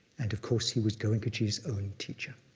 and of course, he was goenkaji's own teacher.